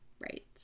Right